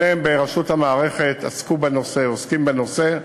שניהם בראשות המערכת עסקו בנושא, עוסקים בנושא,